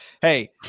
hey